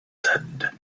said